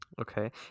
Okay